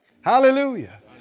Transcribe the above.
Hallelujah